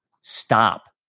Stop